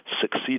succeed